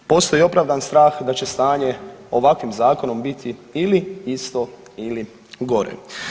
Postoji opravdani strah da će stanje ovakvim Zakonom biti ili isto ili gore.